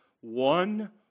one